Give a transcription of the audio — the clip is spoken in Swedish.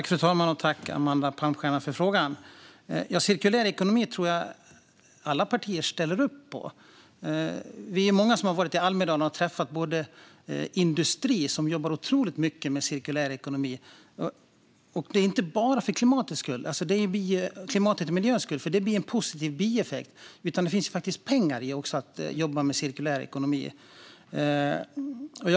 Fru talman! Jag tackar Amanda Palmstierna för frågan. Jag tror att alla partier ställer upp på cirkulär ekonomi. I Almedalen har vi träffat industri som jobbar mycket med cirkulär ekonomi, inte främst för klimatets och miljöns skull - det är en positiv bieffekt - utan för att det faktiskt finns pengar i att jobba med cirkulär ekonomi.